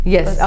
Yes